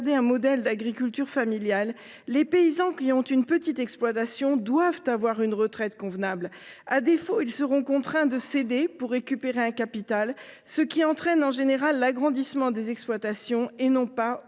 un modèle d’agriculture familiale, les paysans qui ont une petite exploitation doivent avoir une retraite convenable. À défaut, ils seront contraints de céder celle ci pour récupérer un capital, ce qui entraîne, en général, l’agrandissement des exploitations et ne